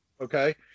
okay